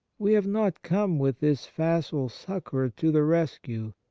we have not come with this facile succour to the rescue,